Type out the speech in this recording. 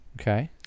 Okay